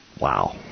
wow